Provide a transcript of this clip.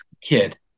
kid